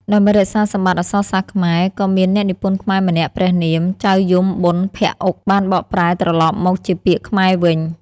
ដើម្បីរក្សាសម្បត្តិអក្សរសាស្ត្រខ្មែរ ក៏មានអ្នកនិពន្ធខ្មែរម្នាក់ព្រះនាម ចៅយមបុណ្យភក្តិឧក បានបកប្រែត្រឡប់មកជាពាក្យខ្មែរវិញ។